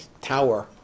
tower